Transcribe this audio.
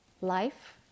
life